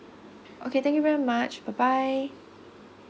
okay thank you very much bye bye